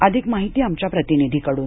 अधिक माहिती आमच्या प्रतिनिधीकडून